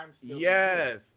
yes